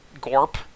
gorp